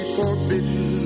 forbidden